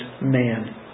man